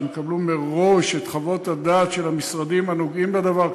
שהם יקבלו מראש את חוות הדעת של המשרדים הנוגעים בדבר,